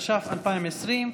התש"ף 2020,